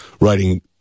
writing